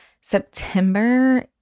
September